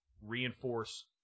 Reinforce